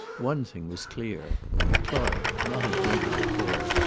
one thing was clear clark, not a drinker before,